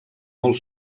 molt